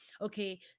okay